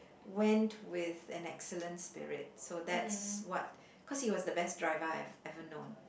went with an excellence spirit so that's what cause he was the best driver I've ever known